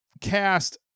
cast